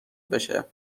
بشه